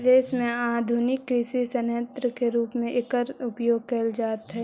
विदेश में आधुनिक कृषि सन्यन्त्र के रूप में एकर उपयोग कैल जाइत हई